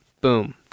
boom